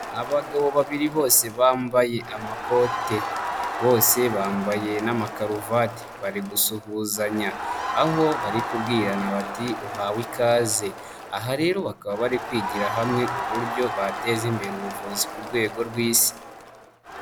Abagabo babiri bose bambaye amakote bose bambaye n'amakaruvati, bari gusuhuzanya aho bari kubwirana bati uhawe ikaze, aha rero bakaba bari kwigira hamwe uburyo bateza imbere ubuvuzi ku rwego rw'isi.